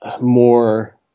more